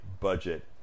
budget